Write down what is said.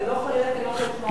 זה לא כי אני לא רוצה לשמוע אותך.